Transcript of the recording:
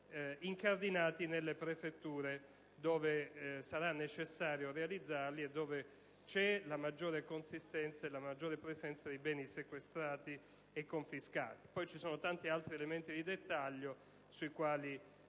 incardinati nelle prefetture, dove sarà necessario realizzarli e dove c'è la maggiore consistenza e la maggiore presenza di beni sequestrati e confiscati. Poi ci sono tanti altri elementi di dettaglio sui quali,